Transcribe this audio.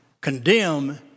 condemn